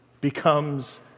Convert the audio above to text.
becomes